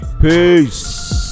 Peace